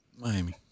Miami